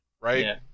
right